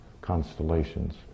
constellations